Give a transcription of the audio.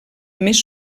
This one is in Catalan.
més